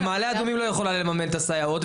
ומעלה אדומים לא יכולה לממן את הסייעות,